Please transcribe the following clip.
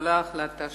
שהתקבלה החלטת הממשלה.